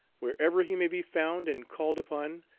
wherever he may be found and called upon,